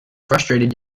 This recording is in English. frustrated